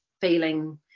feeling